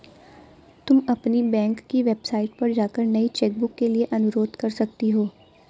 तुम अपनी बैंक की वेबसाइट पर जाकर नई चेकबुक के लिए अनुरोध कर सकती हो